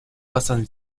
pasan